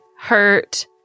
hurt